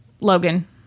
Logan